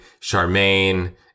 Charmaine